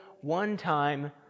one-time